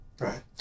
Right